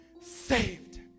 saved